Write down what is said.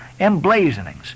emblazonings